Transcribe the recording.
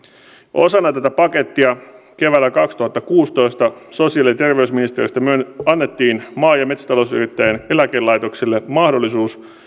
osana tätä pakettia keväällä kaksituhattakuusitoista sosiaali ja terveysministeriöstä annettiin maa ja metsätalousyrittäjien eläkelaitokselle mahdollisuus